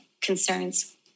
concerns